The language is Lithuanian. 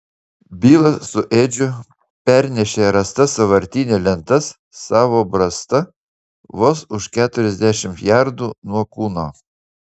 bilas su edžiu pernešė rastas sąvartyne lentas savo brasta vos už keturiasdešimt jardų nuo kūno